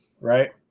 Right